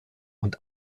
und